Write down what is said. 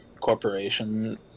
corporation